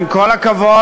עם כל הכבוד,